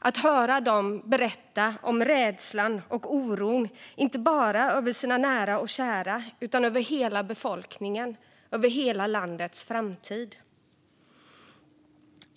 att höra dem berätta om rädslan och oron inte bara över sina nära och kära utan över hela befolkningen och över hela landets framtid.